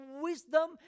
wisdom